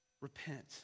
Repent